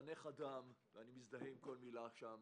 לחנך אדם ואני מזדהה עם כל מילה שם